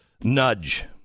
Nudge